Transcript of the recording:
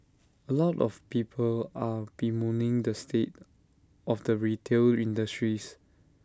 A lot of people are bemoaning the state of the retail industries